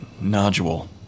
nodule